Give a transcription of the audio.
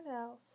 else